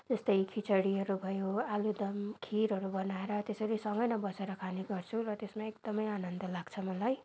जस्तै खिचडीहरू भयो आलुदम खिरहरू बनाएर त्यसरी सँगै नै बसेर खाने गर्छौँ र त्यसमा एकदम आनन्द लाग्छ मलाई